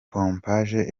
pompaje